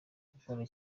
gukora